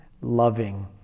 loving